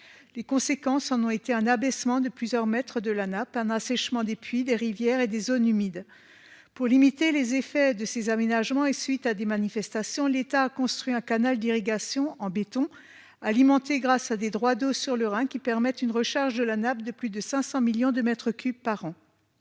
Les conséquences en ont été un abaissement de plusieurs maîtres de la nappe un assèchement des puits des rivières et des zones humides. Pour limiter les effets de ces aménagements et suite à des manifestations. L'État a construit un canal d'irrigation en béton alimentés grâce à des droits d'eau sur le Rhin qui permettent une recharge de la nappe de plus de 500 millions de m3 par an.